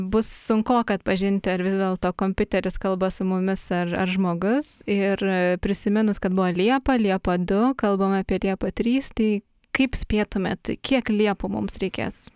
bus sunkoka atpažinti ar vis dėlto kompiuteris kalba su mumis ar ar žmogus ir prisiminus kad buvo liepa liepa du kalbama apie liepą trys tai kaip spėtumėt kiek liepų mums reikės